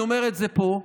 אני אומר את זה פה,